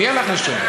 מי הלך לישון?